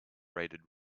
rated